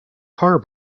car